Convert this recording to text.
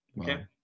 Okay